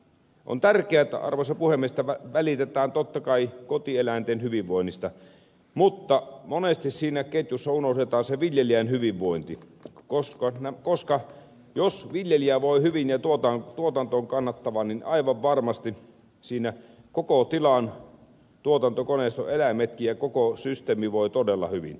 on tärkeää arvoisa puhemies että välitetään totta kai kotieläinten hyvinvoinnista mutta monesti siinä ketjussa unohdetaan se viljelijän hyvinvointi koska jos viljelijä voi hyvin ja tuotanto on kannattavaa niin aivan varmasti siinä koko tilan tuotantokoneisto eläimetkin ja koko systeemi voi todella hyvin